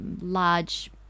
large